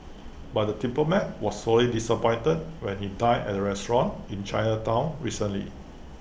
but the diplomat was sorely disappointed when he dined at the restaurant in Chinatown recently